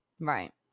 Right